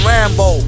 Rambo